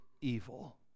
evil